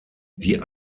die